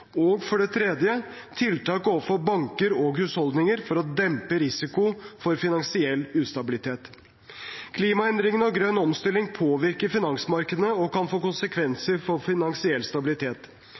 tiltak overfor banker og husholdninger for å dempe risikoen for finansiell ustabilitet Klimaendringene og grønn omstilling påvirker finansmarkedene og kan få